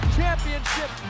championship